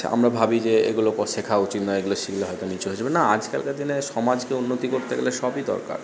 আমরা ভাবি যে এগুলো শেখা উচিত নয় এগুলো শিখলে হয়তো নিচু হয়ে যাবে না আজকালকার দিনে সমাজকে উন্নতি করতে গেলে সবই দরকার